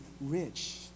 rich